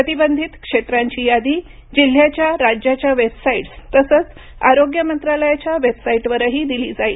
प्रतिबंधित क्षेत्रांची यादी जिल्ह्याच्या राज्याच्या वेबसाईट्स तसंच आरोग्य मंत्रालयाच्या वेबसाईटवरही दिली जाईल